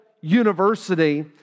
University